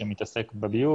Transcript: שמתעסק בביוב,